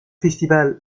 festival